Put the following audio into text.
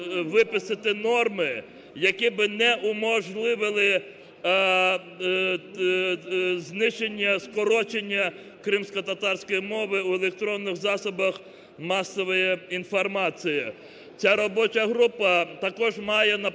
виписати норми, які б унеможливили знищення, скорочення кримськотатарської мови в електронних засобах масової інформації. Ця робоча група також має напрацювати